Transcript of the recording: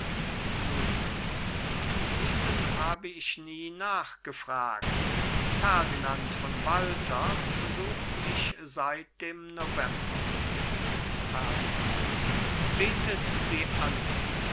luise diesem habe ich nie nachgefragt ferdinand von walter besucht mich seit dem november ferdinand betet sie an